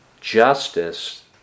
justice